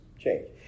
change